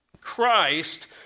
Christ